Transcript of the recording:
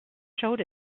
showed